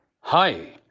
Hi